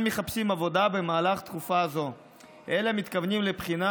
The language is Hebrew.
מחפשים עבודה במהלך תקופה זו אלא מתכוננים לבחינה,